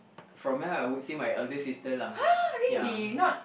from young I would say my elder sister lah ya